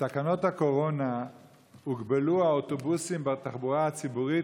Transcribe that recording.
בתקנות הקורונה הוגבלו האוטובוסים בתחבורה הציבורית